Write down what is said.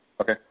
Okay